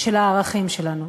של הערכים שלנו.